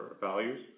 values